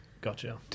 Gotcha